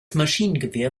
maschinengewehr